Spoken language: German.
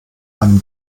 einem